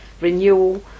Renewal